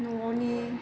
न'आवनि